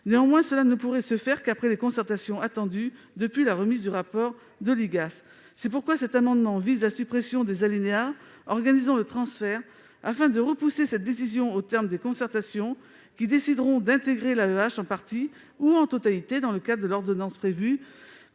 Néanmoins, cela ne pourrait se faire qu'après les concertations attendues depuis la remise de rapport de l'IGAS. C'est pourquoi cet amendement vise à supprimer les alinéas organisant ce transfert, afin de repousser cette décision au terme des concertations qui décideront d'intégrer l'AEEH, en tout ou partie, au travers de l'ordonnance prévue